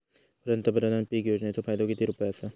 पंतप्रधान पीक योजनेचो फायदो किती रुपये आसा?